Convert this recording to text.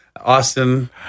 Austin